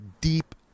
deep